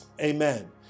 Amen